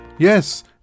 Yes